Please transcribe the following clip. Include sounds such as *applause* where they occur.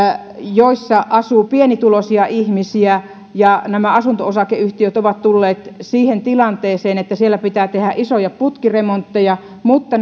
joissa asuu pienituloisia ihmisiä nämä asunto osakeyhtiöt ovat tulleet siihen tilanteeseen että siellä pitää tehdä isoja putkiremontteja mutta *unintelligible*